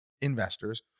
investors